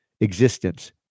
existence